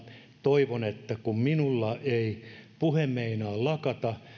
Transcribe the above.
toivon että kun minulla ei puhe meinaa lakata